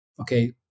okay